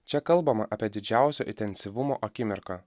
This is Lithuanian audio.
čia kalbama apie didžiausio intensyvumo akimirką